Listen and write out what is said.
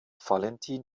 valentin